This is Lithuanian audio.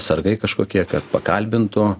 sargai kažkokie kad pakalbintų